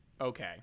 Okay